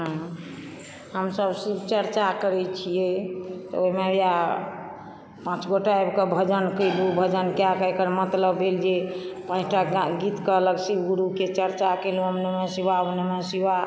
हमसभ शिवचर्चा करैत छियै त ओहिमे इएह पाँचगोटा आबिके भजन केलूँ भजन कएके एकर मतलब भेल जे पाँचटा गीत कहलक शिवगुरुके चर्चा केलहुँ ॐ नमः शिवाय ॐ नमः शिवाय